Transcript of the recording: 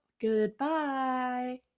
Goodbye